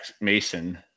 Mason